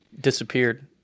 disappeared